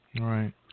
right